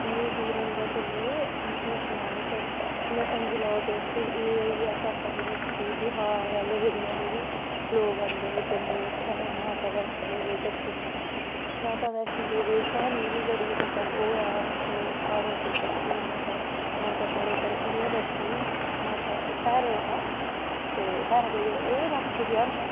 इन्ने दूरा दूरा जंदे में केह् सनां इ'यां समझी लैओ तुस एह् होई गेआ साड्डा यू पी बिहार आह्ले एरिया दे बी लोग आंदे जम्मू इत्थें माता दे दर्शन करने गी माता बैष्णो देवी दी क्हानी बी बड़ी मतलब ओह् ऐ ते प्हाड़ें उप्पर बस्सी माता माता प्हाड़ें उप्पर इ'यां बस्सी माता भैरो हा ते ओह् राक्षस जेहा हा